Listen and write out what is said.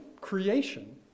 creation